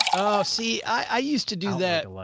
oh, see, i used to do that. like